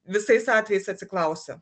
visais atvejais atsiklausia